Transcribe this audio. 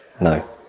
No